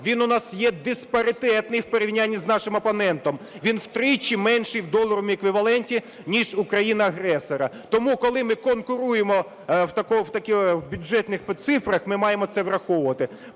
він у нас є диспаритетний в порівнянні з нашим опонентом, він втричі менший в доларовому еквіваленті ніж у країн-агресора. Тому коли ми конкуруємо в бюджетних цифрах, ми маємо це враховувати.